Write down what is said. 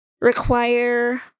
require